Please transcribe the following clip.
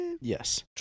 Yes